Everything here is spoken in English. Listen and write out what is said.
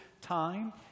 time